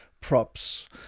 props